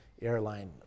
airline